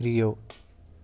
rio